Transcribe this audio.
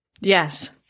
Yes